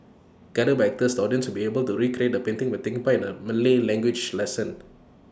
guided by actors the audience will be able to recreate the painting by taking part in A Malay language lesson